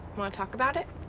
want to talk about it?